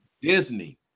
Disney